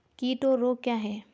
कीट और रोग क्या हैं?